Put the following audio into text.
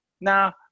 Now